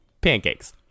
pancakes